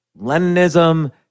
Leninism